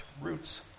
roots